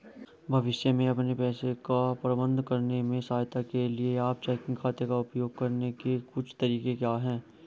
भविष्य में अपने पैसे का प्रबंधन करने में सहायता के लिए आप चेकिंग खाते का उपयोग करने के कुछ तरीके क्या हैं?